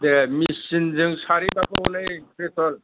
दे machine जों सारहैबाथ' नै पेट्रल